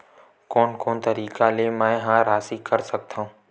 कोन कोन तरीका ले मै ह राशि कर सकथव?